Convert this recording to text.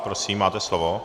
Prosím, máte slovo.